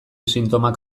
sintomak